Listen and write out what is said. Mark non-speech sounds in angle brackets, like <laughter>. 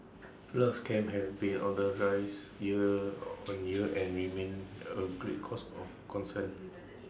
<noise> love scams have been on the rise year on year and remain A great cause of concern